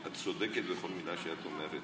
את צודקת בכל מילה שאת אומרת,